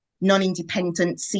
non-independent